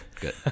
good